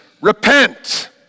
Repent